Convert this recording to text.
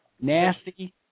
nasty